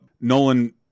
nolan